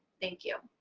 thank you.